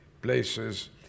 places